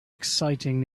exciting